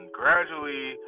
gradually